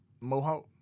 mohawk